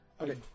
Okay